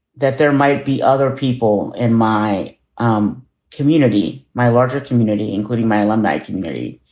that there might be other people in my um community, my larger community, including my alumni community,